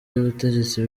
y’ubutegetsi